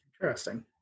Interesting